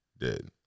dead